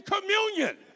communion